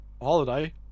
Holiday